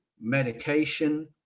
medication